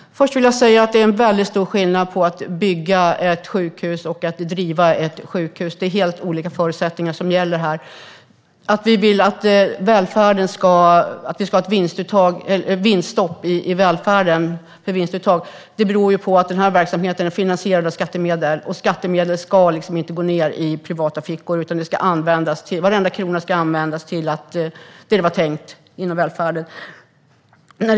Fru talman! Först vill jag säga att det är väldigt stor skillnad på att bygga och driva ett sjukhus; det är helt olika förutsättningar som gäller. Att vi vill ha ett stopp för vinstuttag i välfärden beror ju på att denna verksamhet finansieras med skattemedel, och skattemedel ska inte gå ned i privata fickor. Varenda krona ska användas som det var tänkt inom välfärden.